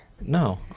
No